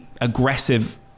aggressive